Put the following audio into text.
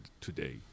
today